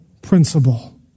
principle